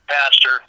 pastor